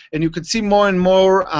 and you can see more and more